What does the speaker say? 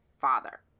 father